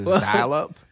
dial-up